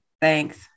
thanks